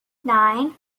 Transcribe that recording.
nine